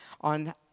on